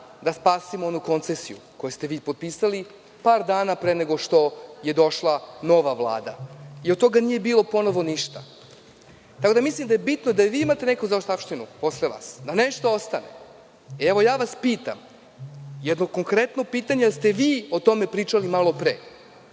da spasimo onu koncesiju koju ste vi potpisali par dana pre nego što je došla nova Vlada. Od toga ponovo nije bilo ništa. Tako da, mislim da je bitno da i vi imate neku zaostavštinu posle vas, da nešto ostane. Evo, ja vas pitam jedno konkretno pitanje, jer ste vi o tome pričali malopre,